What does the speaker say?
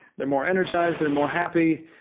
they're more energized. they're more happy.